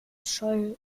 zoll